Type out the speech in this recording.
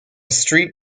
street